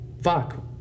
fuck